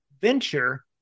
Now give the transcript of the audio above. venture